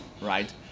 Right